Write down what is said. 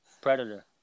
predator